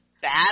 bad